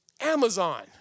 Amazon